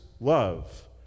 love